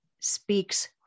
speaks